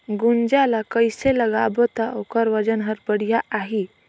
गुनजा ला कइसे लगाबो ता ओकर वजन हर बेडिया आही?